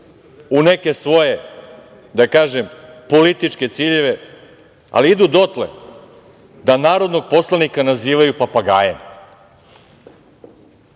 u neke svoje, da kažem, političke ciljeve, ali idu dotle da narodnog poslanika nazivaju papagajem,